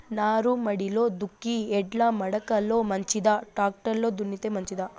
నారుమడిలో దుక్కి ఎడ్ల మడక లో మంచిదా, టాక్టర్ లో దున్నితే మంచిదా?